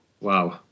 Wow